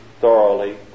thoroughly